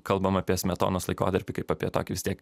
kalbam apie smetonos laikotarpį kaip apie tokį vis tiek